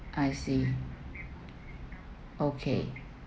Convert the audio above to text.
I see okay